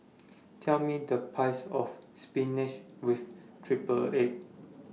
Tell Me The Price of Spinach with Triple Egg